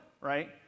right